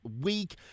week